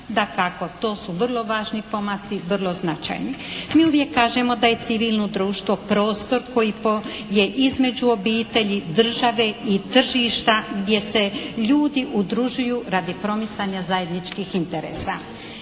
Dakako, to su vrlo važni pomaci, vrlo značajni. Mi uvijek kažemo da je civilno društvo prostor koji je između obitelji, države i tržišta gdje se ljudi udružuju radi promicanja zajedničkih interesa.